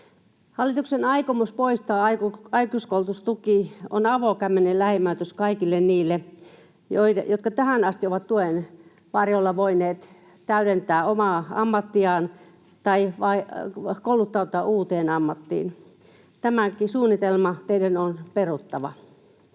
Hallituksen aikomus poistaa aikuiskoulutustuki on avokämmenen läimäytys kaikille niille, jotka tähän asti ovat tuen varjolla voineet täydentää omaa ammattiaan tai kouluttautua uuteen ammattiin. Tämäkin suunnitelma teidän on peruttava.